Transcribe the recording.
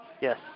Yes